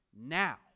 now